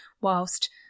whilst